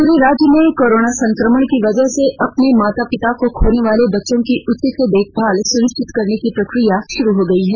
पूरे राज्य में कोरोना संक्रमण की वजह से अपने माता पिता को खोने वाले बच्चों की उचित देखभाल सुनिश्चित करने की प्रक्रिया शुरू हो गई है